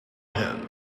him